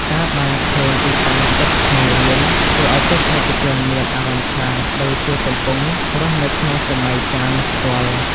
ការបានឃើញទីតាំងពិតក្នុងរឿង ធ្វើឲ្យទស្សនិកជនមានអារម្មណ៍ថាដូចជាកំពុងរស់នៅក្នុងសម័យកាលនោះផ្ទាល់។